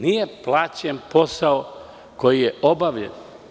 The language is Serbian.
Nije plaćen posao koji je obavljen.